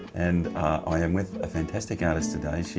and i am with a fantastic artist today. she